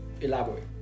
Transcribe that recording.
Elaborate